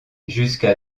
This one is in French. jusqu’à